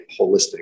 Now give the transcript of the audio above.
holistic